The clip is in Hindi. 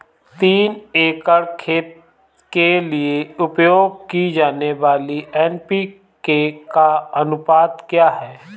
तीन एकड़ खेत के लिए उपयोग की जाने वाली एन.पी.के का अनुपात क्या है?